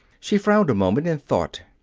she frowned a moment in thought.